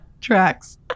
tracks